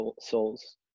souls